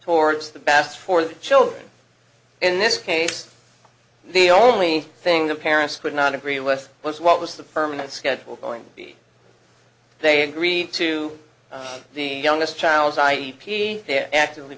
towards the best for the children in this case the only thing the parents could not agree with was what was the permanent schedule going to be they agreed to the youngest child i e p t they actively